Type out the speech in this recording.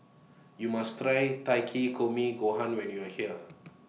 YOU must Try Takikomi Gohan when YOU Are here